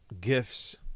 gifts